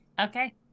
Okay